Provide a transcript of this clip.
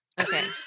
Okay